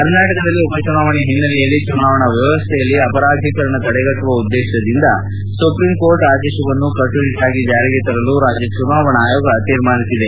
ಕರ್ನಾಟಕದಲ್ಲಿ ಉಪಚುನಾವಣೆ ಹಿನ್ನೆಲೆಯಲ್ಲಿ ಚುನಾವಣಾ ವ್ಯವಸ್ಠೆಯಲ್ಲಿ ಅಪರಾಧೀಕರಣ ತಡೆಗಟ್ಟುವ ಉದ್ದೇಶದಿಂದ ಸುಪ್ರೀಂ ಕೋರ್ಟ್ ಆದೇಶವನ್ನು ಕಟ್ಟುನಿಟ್ಟಾಗಿ ಚಾರಿಗೆ ತರಲು ರಾಜ್ಯ ಚುನಾವಣಾ ಆಯೋಗ ತೀರ್ಮಾನಿಸಿದೆ